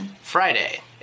Friday